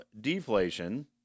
deflation